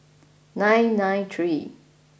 nine nine three